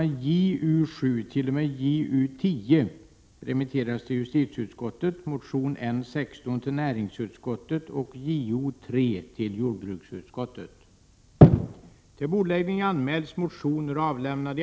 Jag vill bara att alla skall förstå varför jag har framställt min fråga.